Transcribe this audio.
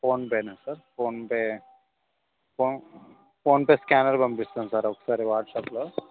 ఫోన్పేనా sir PhonePe phone PhonePe scanner పంపిస్తాను sir ఒకసారి వాట్సాప్లో